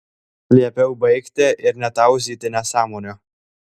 liepiau baigti ir netauzyti nesąmonių